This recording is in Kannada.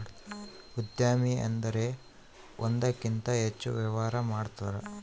ಉದ್ಯಮಿ ಅಂದ್ರೆ ಒಂದಕ್ಕಿಂತ ಹೆಚ್ಚು ವ್ಯವಹಾರ ಮಾಡ್ತಾರ